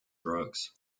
drugs